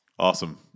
Awesome